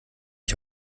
ich